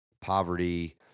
poverty